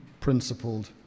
principled